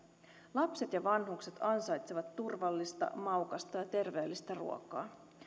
lapset ja vanhukset ansaitsevat turvallista maukasta ja terveellistä ruokaa